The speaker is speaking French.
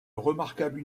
remarquable